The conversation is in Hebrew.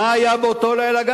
מה היה באותו לילה,